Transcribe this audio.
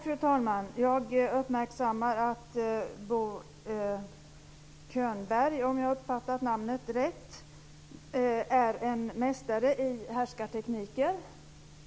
Fru talman! Jag uppmärksammar att Bo Könberg, om jag uppfattat namnet rätt, är en mästare i härskartekniker.